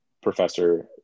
professor